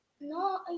No